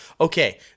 okay